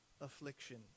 affliction